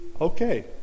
okay